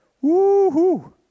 Woo-hoo